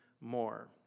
more